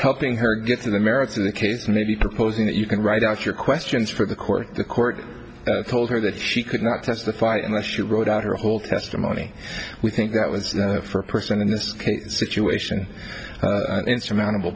helping her get to the merits of the case maybe proposing that you can write out your questions for the court the court told her that she could not testify unless you wrote out her whole testimony we think that was for a person in this situation insurmountable